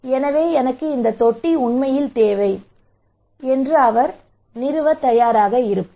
எனவே எனக்கு இந்த தொட்டி உண்மையில் தேவை எனவே அவர் நிறுவ தயாராக இருப்பார்